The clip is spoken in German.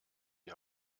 die